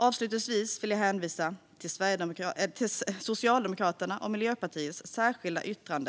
Avslutningsvis vill jag hänvisa till Socialdemokraternas och Miljöpartiets särskilda yttrande.